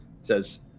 Says